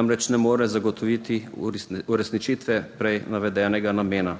namreč ne more zagotoviti uresničitve prej navedenega namena.